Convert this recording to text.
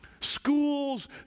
Schools